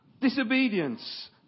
disobedience